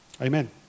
Amen